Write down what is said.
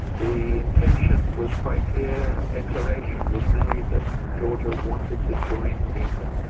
the intention was quite clear and declaration was made that georgia wanted to join nato.